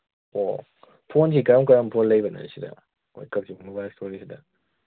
ꯑꯣ ꯐꯣꯟꯁꯤ ꯀꯔꯝ ꯀꯔꯝꯕ ꯐꯣꯟ ꯂꯩꯕꯅꯣ ꯁꯤꯗ ꯑꯩꯈꯣꯏ ꯀꯛꯆꯤꯡ ꯃꯣꯕꯥꯏꯜ ꯏꯁꯇꯣꯔꯁꯤꯗ